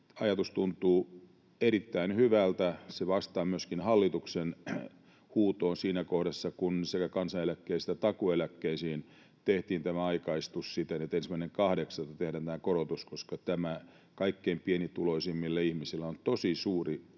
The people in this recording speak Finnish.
Ajatus tuntuu erittäin hyvältä, se vastaa myöskin hallituksen huutoon siinä kohdassa, kun sekä kansaneläkkeistä takuueläkkeisiin tehtiin tämä aikaistus siten, että 1.8. tehdään tämä korotus, koska kaikkein pienituloisimmilla ihmisillä on tosi suuri tuska